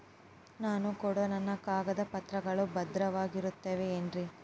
ನಾನು ಕೊಡೋ ನನ್ನ ಕಾಗದ ಪತ್ರಗಳು ಭದ್ರವಾಗಿರುತ್ತವೆ ಏನ್ರಿ?